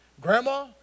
Grandma